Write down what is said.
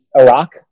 Iraq